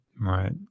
Right